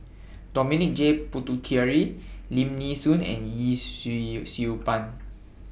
Dominic J Puthucheary Lim Nee Soon and Yee Siew Siew Pun